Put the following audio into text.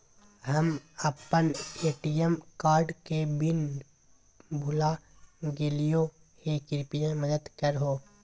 हम अप्पन ATM card के पिन भुला गेलिओ हे कृपया मदद कर हो